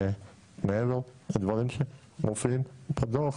ומעבר לדברים שמופיעים בדוח,